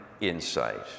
insight